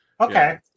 Okay